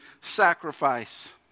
sacrifice